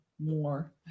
more